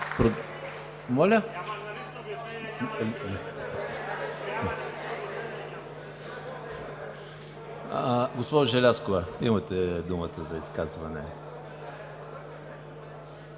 Госпожо Желязкова, имате думата за изказване.